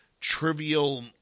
trivial